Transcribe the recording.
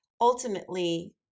ultimately